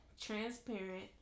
Transparent